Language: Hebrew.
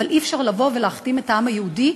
אבל אי-אפשר לבוא ולהכתים את העם היהודי,